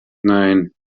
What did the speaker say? nein